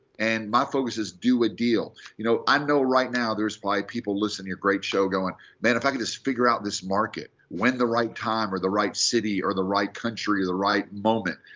and my focus is, do a deal. you know i know right now there's five people listening to your great show, going man, if i could just figure out this market. when the right time, or the right city, or the right country, or the right moment.